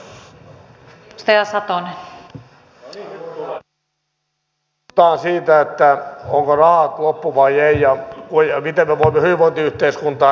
nyt puhutaan siitä onko rahat loppu vai ei ja miten me voimme hyvinvointiyhteiskuntaa rahoittaa